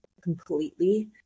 completely